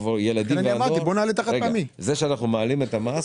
הילדים והנוער זה שאנחנו מעלים את המס